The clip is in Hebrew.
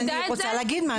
אז אני רוצה להגיד משהו.